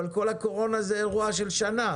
אבל כל הקורונה זה אירוע של שנה,